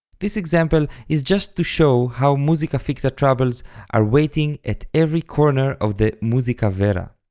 this example is just to show how musica ficta troubles are waiting at every corner of the musica vera,